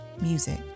music